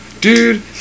Dude